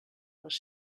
les